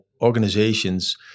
organizations